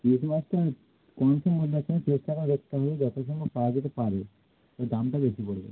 ইলিশ মাছটা দেখতে হবে যথাসম্ভব পাওয়া যেতে পারে দামটা বেশি পড়বে